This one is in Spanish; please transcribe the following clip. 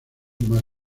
más